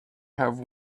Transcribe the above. have